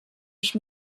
ich